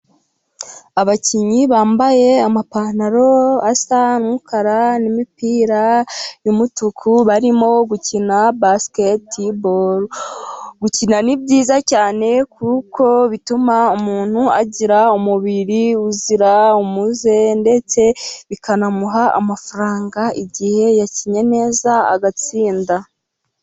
Abakinnyi bambaye amapantaro asa n'umukara n'imipira y'umutuku. Barimo gukina basiketiboro. Gukina ni byiza cyane kuko bituma umuntu agira umubiri uzira umuze, ndetse bikanamuha amafaranga igihe yakinnye neza agatsinda.